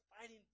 fighting